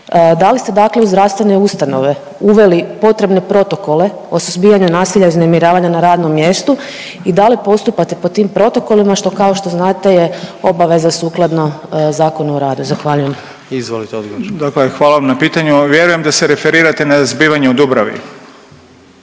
da li ste dakle u zdravstvene ustanove uveli potrebne protokole o suzbijanju nasilja i uznemiravanja na radnom mjestu i da li postupate po tim protokolima, što, kao što znate je obaveza sukladno Zakonu o radu? Zahvaljujem. **Jandroković, Gordan (HDZ)** Izvolite odgovor. **Beroš, Vili (HDZ)** Dakle hvala vam na pitanju. Vjerujem da se referirate na zbivanja u Dubravi.